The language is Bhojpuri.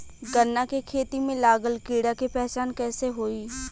गन्ना के खेती में लागल कीड़ा के पहचान कैसे होयी?